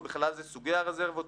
ובכלל זה סוגי הרזרבות,